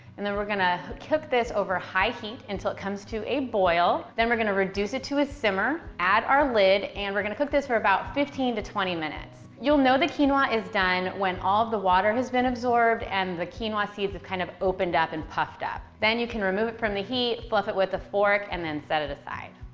and then we're gonna cook this over high heat until it comes to a boil, then we're gonna reduce it to a simmer, add our lid, and we're gonna cook this for about fifteen to twenty minutes. you'll know the quinoa is done when all the water has been absorbed absorbed and the quinoa seeds have kind of opened up and puffed up. then you can remove it from the heat, fluff it with a fork and then set it aside.